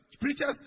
preachers